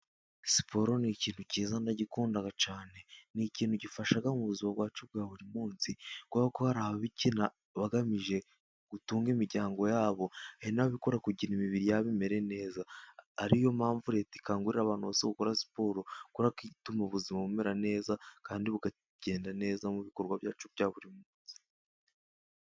Siporo ni ikintu cyiza nayikunda cyanea. Ni ikintu gifasha mu buzima bwacu bwa buri munsi, ngo kuko hari ababikina bagamije gutunga imiryango yabo, hari n'ababikora kugira imibiri yabo imere neza, ariyo mpamvu leta ikangurira abantu bayo gukora siporo, ku ituma ubuzima bumera neza, kandi bukagenda neza mu bikorwa byacu bya buri munsi.